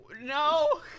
No